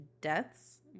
deaths